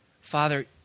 Father